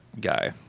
guy